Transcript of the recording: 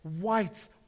whites